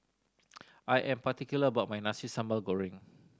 I am particular about my Nasi Sambal Goreng